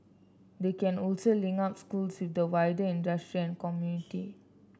they can also link up schools with the wider industry and community